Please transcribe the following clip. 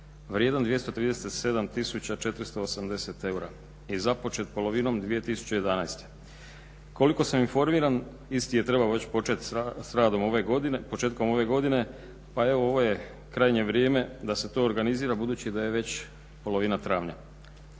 vrijedan 237 tisuća 480 eura i započet polovinom 2011. Koliko sam informiran isti je trebao već trebao počet s radom početkom ove godine pa evo ovo je krajnje vrijeme da se to organizira budući da je već polovina travnja